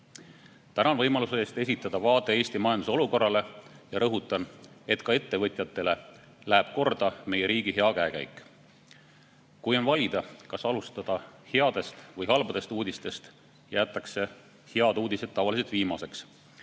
Tänan võimaluse eest esitada vaade Eesti majanduse olukorrale ja rõhutan, et ka ettevõtjatele läheb korda meie riigi hea käekäik. Kui on valida, kas alustada headest või halbadest uudistest, siis jäetakse head uudised tavaliselt viimaseks.